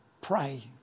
pray